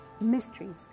mysteries